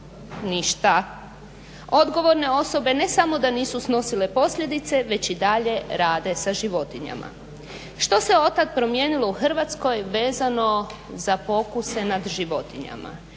Ništa. Odgovorne osobe ne samo da nisu snosile posljedice već i dalje rade sa životinjama. Što se od tad promijenilo u Hrvatskoj vezano za pokuse nad životinjama.